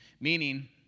meaning